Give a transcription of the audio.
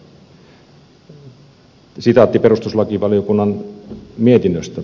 sitaatti perustuslakivaliokunnan mietinnöstä